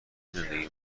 زندگی